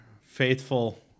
faithful